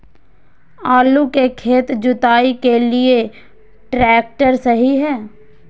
आलू का खेत जुताई के लिए ट्रैक्टर सही है?